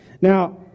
Now